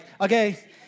okay